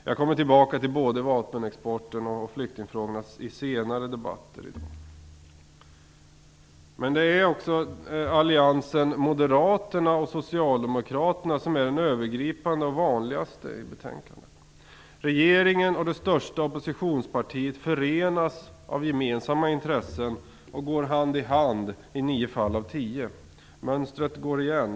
Jag kommer tillbaka till både vapenexporten och flyktingfrågorna senare i debatten i dag. Men det är också alliansen Moderaterna och Socialdemokraterna som är den övergripande och vanligaste i betänkandet. Regeringspartiet och det största oppositionspartiet förenas av gemensamma intressen och går hand i hand i nio fall av tio. Mönstret går igen.